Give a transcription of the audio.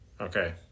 Okay